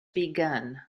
begun